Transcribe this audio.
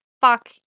fuck